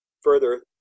further